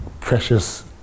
precious